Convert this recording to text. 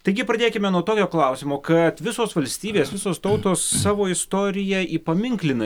taigi pradėkime nuo tokio klausimo kad visos valstybės visos tautos savo istoriją įpaminklina